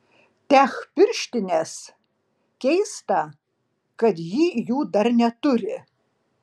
tech pirštinės keista kad ji jų dar neturi